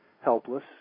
helpless